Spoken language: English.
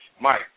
Mike